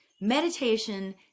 meditation